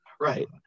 Right